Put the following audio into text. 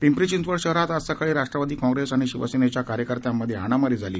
पिंपरी चिंचवड शहरात आज सकाळी राष्ट्रवादी काँग्रेस आणि शिवसेनेच्या कार्यकर्त्यांमधे हाणामारी झाली